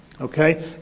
Okay